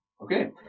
Okay